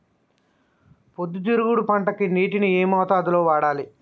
పొద్దుతిరుగుడు పంటకి నీటిని ఏ మోతాదు లో వాడాలి?